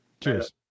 Cheers